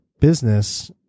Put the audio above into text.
business